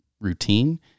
routine